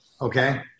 Okay